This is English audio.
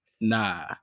nah